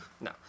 no